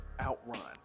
Outrun